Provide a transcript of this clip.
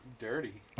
Dirty